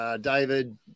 David